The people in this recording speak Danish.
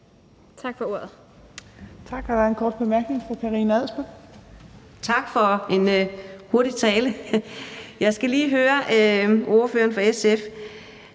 Adsbøl (UFG): Tak for en hurtig tale. Jeg skal lige høre ordføreren for SF: